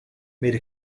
made